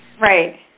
Right